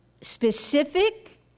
Specific